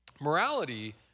morality